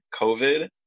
COVID